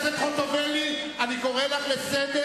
חברת הכנסת חוטובלי, אני קורא אותך לסדר.